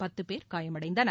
பத்து பேர் காயமடைந்தனர்